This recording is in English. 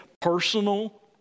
personal